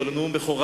אבל הוא נאום בכורה,